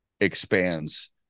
expands